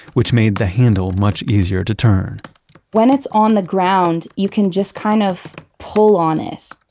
which made the handle much easier to turn when it's on the ground you can just kind of pull on it.